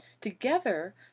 Together